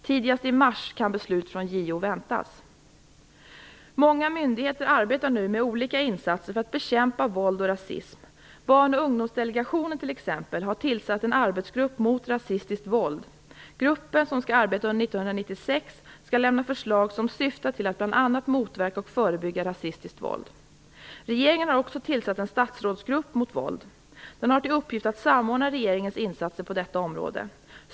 Tidigast i mars kan beslut från JO väntas. Många myndigheter arbetar nu med olika insatser för att bekämpa våld och rasism. Barn och ungdomsdelegationen t.ex. har tillsatt en arbetsgrupp mot rasistiskt våld. Gruppen, som skall arbeta under 1996, skall lämna förslag som syftar till att bl.a. motverka och förebygga rasistiskt våld. Regeringen har också tillsatt en statsrådsgrupp mot våld. Den har till uppgift att samordna regeringens insatser på detta område.